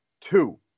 Two